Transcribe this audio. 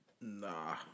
Nah